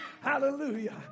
Hallelujah